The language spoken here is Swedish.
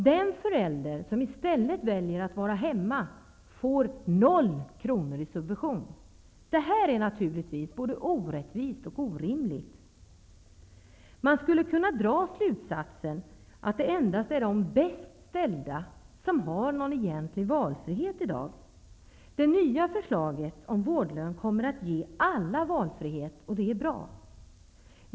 Den förälder som i stället väljer att själv vara hemma får noll kronor i subvention! Detta är naturligtvis både orättvist och orimligt! Man skulle kunna dra slutsatsen att det endast är de ''bäst ställda'' som har valfrihet i dag. Det nya förslaget om vårdlön kommer att ge alla valfrihet. Det är bra!